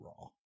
Raw